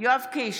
יואב קיש,